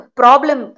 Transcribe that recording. problem